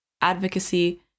advocacy